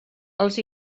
els